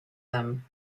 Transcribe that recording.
them